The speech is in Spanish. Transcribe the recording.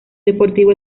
deportivo